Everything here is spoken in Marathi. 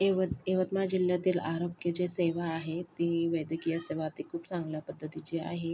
यवत यवतमाळ जिल्ह्यातील आरोग्याच्या सेवा आहे ती वैद्यकीय सेवा ती खूप चांगल्या पद्धतीची आहे